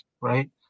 right